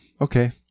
Okay